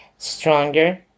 stronger